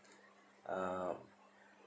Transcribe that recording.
uh